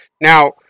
Now